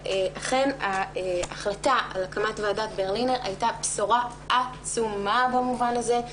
אכן ההחלטה על הקמת ועדת ברלינר הייתה בשורה עצומה במובן הזה.